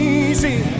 easy